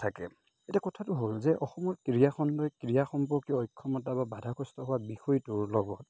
থাকে এতিয়া কথাটো হ'ল যে অসমৰ ক্ৰীড়াখণ্ডই ক্ৰীড়া সম্পৰ্কীয় অক্ষমতা বাধাগ্ৰস্ত হোৱা বিষয়টোৰ লগত